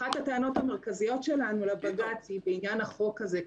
אחת הטענות המרכזיות שלנו לבג"ץ היא בעניין החוק הזה,